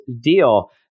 deal